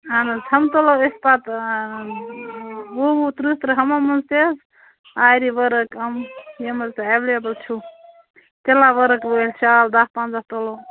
اہن حظ ہُم تُلو أسۍ پتہٕ وُہ وُہ تٕرٛہ تٕرٛہ ہُمو منٛز تہِ حظ آری ؤرٕک یِم حظ تۄہہِ اٮ۪ویلیبٕل چھُو تِلا ؤرٕک وٲلۍ شال دہ پنٛداہ تُلو